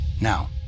Now